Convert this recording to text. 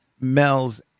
Mel's